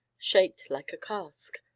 shaped like a cask,